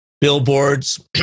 billboards